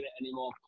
anymore